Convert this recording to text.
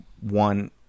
One